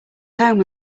home